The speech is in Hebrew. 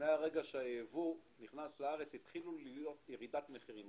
שמהרגע שהייבוא נכנס לארץ התחילה להיות ירידת מחירים,